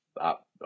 up